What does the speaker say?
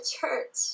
church